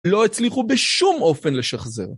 לא הצליחו בשום אופן לשחזר.